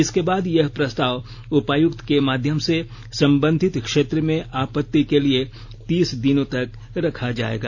इसके बाद यह प्रस्ताव उपायुक्त के माध्यम से संबंधित क्षेत्र में आपत्ति के लिए तीस दिनों तक रखा जायेगा